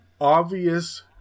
obvious